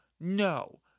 no